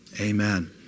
Amen